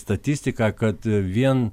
statistiką kad vien